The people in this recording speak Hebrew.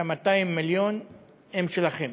ה-200 מיליון הם שלכם.